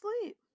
sleep